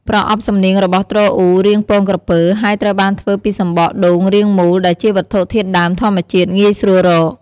ប្រអប់សំនៀងរបស់ទ្រអ៊ូរាងពងក្រពើ ហើយត្រូវបានធ្វើពីសំបកដូងរាងមូល ដែលជាវត្ថុធាតុដើមធម្មជាតិងាយស្រួលរក។